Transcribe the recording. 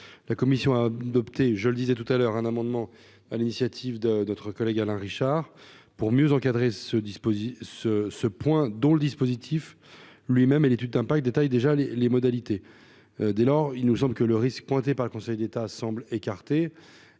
la commission a adopté, je le disais tout à l'heure, un amendement à l'initiative de notre collègue Alain Richard pour mieux encadrer ce dispositif ce ce point dont le dispositif lui-même et l'étude d'impact tailles déjà les les modalités. Dès lors, il nous semble que le risque pointé par le Conseil d'État semble écartée